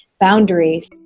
boundaries